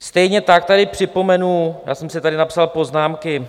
Stejně tak tady připomenu, já jsem si tady napsal poznámky.